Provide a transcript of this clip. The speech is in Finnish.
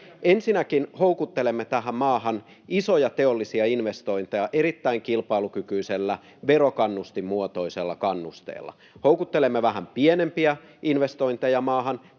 Ensinnäkin houkuttelemme tähän maahan isoja teollisia investointeja erittäin kilpailukykyisellä verokannustinmuotoisella kannusteella. Houkuttelemme vähän pienempiä investointeja maahan